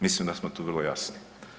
Mislim da smo tu vrlo jasni.